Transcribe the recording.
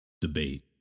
debate